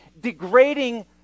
degrading